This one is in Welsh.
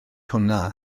hwnna